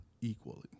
equally